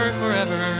forever